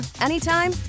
anytime